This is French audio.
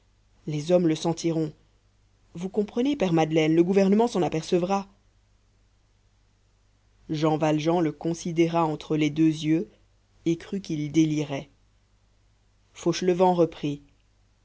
les hommes le sentiront vous comprenez père madeleine le gouvernement s'en apercevra jean valjean le considéra entre les deux yeux et crut qu'il délirait fauchelevent reprit